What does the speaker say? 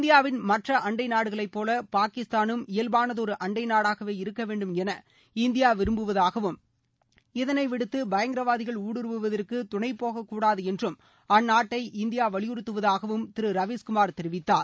இந்தியாவின் மற்ற அண்டை நாடுகளைப்போல பாகிஸ்தானும் இயல்பானதொரு அண்டை நாடாகவே இருக்கணேடும் என இந்தியா விரும்புவதாகவும் இதனைவிடுத்து பயங்கரவாதிகள் ஊடுருவுவதற்கு துணைபோகக்கூடாது என்றும் அந்நாட்டை இந்தியா வலியுறுத்துவதாகவும் திரு ரவீஸ்குமார் தெரிவித்தார்